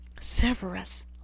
severus